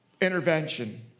intervention